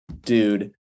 dude